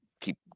keep